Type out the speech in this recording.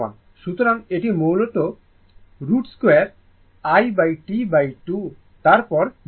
সুতরাং এটি মূলত 2√1T2 তারপর 0 থেকে T2 i 2 d t